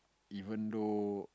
even though